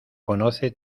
conoce